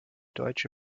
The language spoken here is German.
deutsche